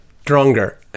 stronger